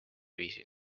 viisil